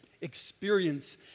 experience